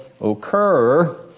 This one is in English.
occur